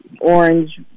orange